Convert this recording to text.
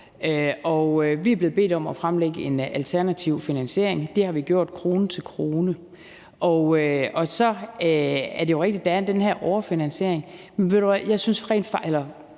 vi er blevet bedt om at fremlægge en alternativ finansiering, og det har vi gjort krone til krone. Så er det rigtigt, at der er den her overfinansiering, men jeg vil sige til hr.